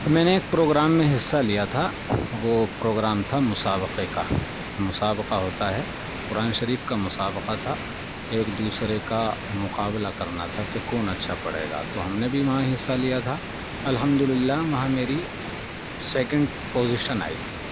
میں نے ایک پروگرام میں حصہ لیا تھا وہ پروگرام تھا مسابقے کا مسابقہ ہوتا ہے قرآن شریف کا مسابقہ تھا ایک دوسرے کا مقابلہ کرنا تھا کہ کون اچھا پڑھے گا تو ہم نے بھی وہاں حصہ لیا تھا الحمد للہ وہاں میری سیکنڈ پوزیشن آئی تھی